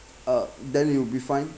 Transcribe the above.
uh then you will be fine